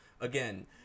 again